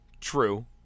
true